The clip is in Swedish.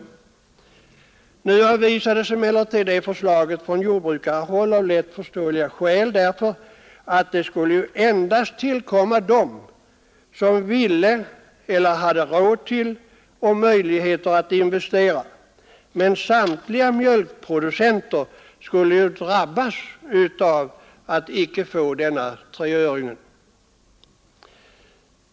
Emellertid avvisades detta förslag från jordbrukarnas sida av lätt förståeliga skäl. Bidraget skulle nämligen endast tillkomma dem som hade råd och möjlighet att investera, medan samtliga mjölkproducenter skulle drabbas av denna prissänkning på 3 öre.